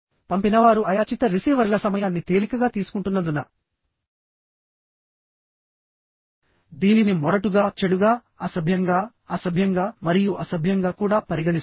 పంపినవారు అయాచిత రిసీవర్ల సమయాన్ని తేలికగా తీసుకుంటున్నందున దీనిని మొరటుగా చెడుగా అసభ్యంగా అసభ్యంగా మరియు అసభ్యంగా కూడా పరిగణిస్తారు